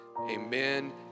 amen